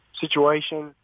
situation